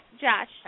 Josh